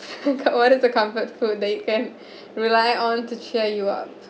what is the comfort food that you can rely on to cheer you up